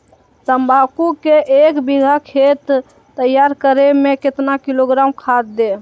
तम्बाकू के एक बीघा खेत तैयार करें मे कितना किलोग्राम खाद दे?